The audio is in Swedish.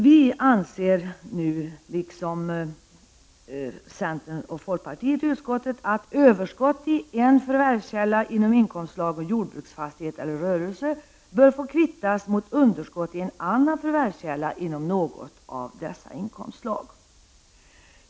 Vi anser liksom företrädarna för centern och folkpartiet i utskottet att överskott i en förvärvskälla inom inkomstslagen jordbruksfastighet eller rörelse bör få kvittas mot underskott i annan förvärvskälla inom något av dessa inkomstslag.